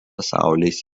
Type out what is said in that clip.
saulės